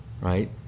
right